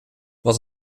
wat